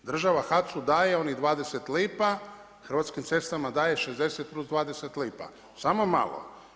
Država HAC-u daje onih 20 lipa, Hrvatskim cestama daje 60 plus 20 lipa, samo malo.